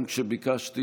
גם כשביקשתי